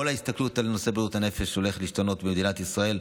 כל ההסתכלות על נושא בריאות הנפש הולכת להשתנות במדינת ישראל,